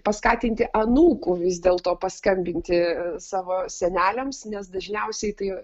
paskatinti anūkų vis dėlto paskambinti savo seneliams nes dažniausiai tai